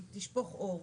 היא תשפוך אור.